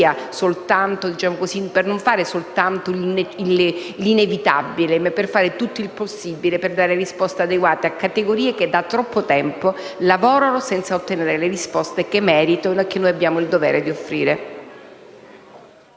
per non fare soltanto l'inevitabile ma per fare tutto il possibile per dare risposte adeguate a categorie che da troppo tempo lavorano senza ottenere riscontri che meritano e che noi abbiamo il dovere di offrire.